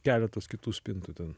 keletos kitų spintų ten